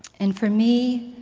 and for me,